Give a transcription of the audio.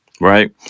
right